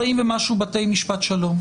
בתי משפט שלום.